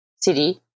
city